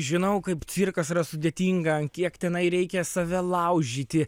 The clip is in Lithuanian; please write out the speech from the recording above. žinau kaip cirkas yra sudėtinga ant kiek tenai reikia save laužyti